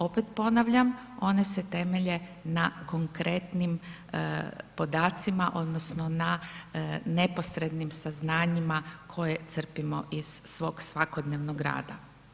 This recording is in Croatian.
Opet ponavljam, one se temelje na konkretnim podacima odnosno na neposrednim saznanjima koje crpimo iz svakodnevnog rada.